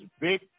big